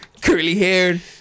curly-haired